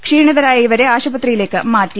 ക്ഷീണിതരായ ഇവരെ ആശു പത്രിയിലേക്ക് മാറ്റി